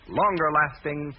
longer-lasting